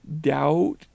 doubt